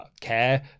care